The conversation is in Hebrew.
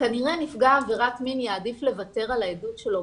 שכנראה נפגע עבירת מין יעדיף לוותר על העדות שלו,